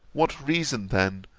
what reason then,